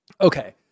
Okay